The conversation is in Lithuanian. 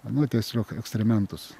nu tiesiog ekskrementus